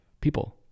people